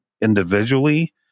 individually